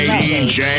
dj